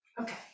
Okay